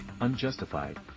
unjustified